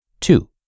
Two